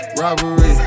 robbery